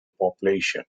population